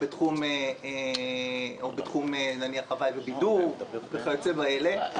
או בתחום הווי ובידור וכיוצא באלה,